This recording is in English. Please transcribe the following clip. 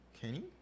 Kenny